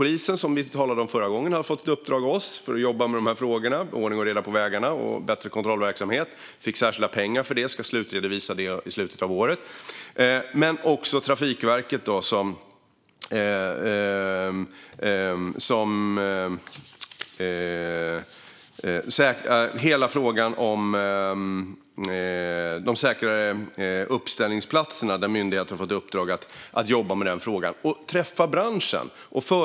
Som vi talade om förra gången har polisen fått ett uppdrag av oss att jobba med frågorna om ordning och reda på vägarna och bättre kontrollverksamhet. Man fick särskilda pengar för detta och ska lämna en slutredovisning i slutet av året. Trafikverket har också fått i uppdrag att jobba med frågan om säkrare uppställningsplatser och att träffa företrädare för branschen.